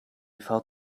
felt